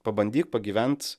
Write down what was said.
pabandyk pagyvent